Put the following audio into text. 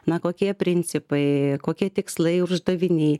na kokie principai kokie tikslai uždaviniai